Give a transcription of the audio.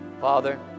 Father